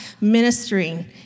ministering